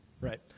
Right